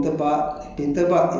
do some cleaning up